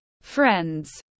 friends